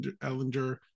Ellinger